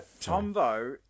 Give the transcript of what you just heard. Tombo